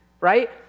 right